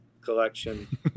collection